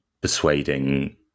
persuading